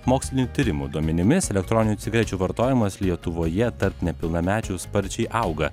mokslinių tyrimų duomenimis elektroninių cigarečių vartojimas lietuvoje tarp nepilnamečių sparčiai auga